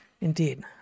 Indeed